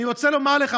אני רוצה לומר לך,